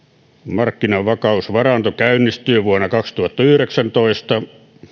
markkinavakausvaranto käynnistyy vuonna kaksituhattayhdeksäntoista